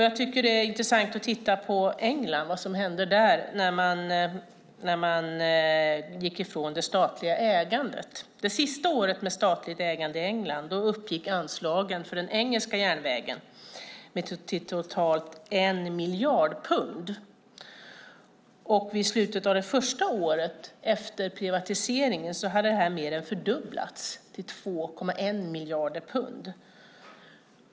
Jag tycker att det är intressant att titta på vad som hände i England när man gick ifrån det statliga ägandet. Det sista året med statligt ägande i England uppgick anslagen för den engelska järnvägen till totalt 1 miljard pund. I slutet av det första året efter privatiseringen hade de mer än fördubblats, till 2,1 miljarder pund.